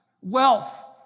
wealth